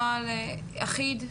נוהל אחיד?